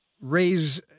raise